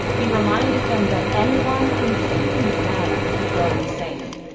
he reminded them that anyone, including them, could go insane.